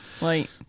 Right